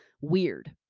weird